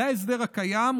זה ההסדר הקיים,